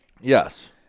Yes